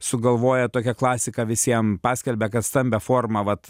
sugalvoja tokią klasiką visiem paskelbia kad stambia forma vat